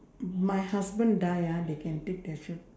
my husband die ah they can take attention